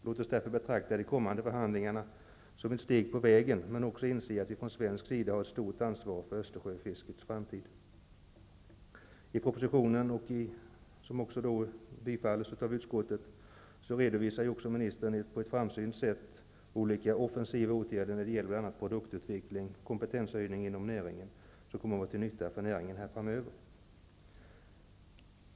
Låt oss därför betrakta de kommande förhandlingarna som ett steg på vägen men också inse att vi från svensk sida har ett stort ansvar för I propositionen, som tillstyrks av utskottet, redovisar ministern också på ett framsynt sätt olika offensiva åtgärder när det gäller bl.a. produktutveckling och kompetenshöjning inom näringen, som kommer att vara till nytta för näringen framöver.